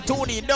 Tony